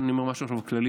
אני אומר עכשיו משהו כללי,